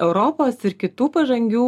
europos ir kitų pažangių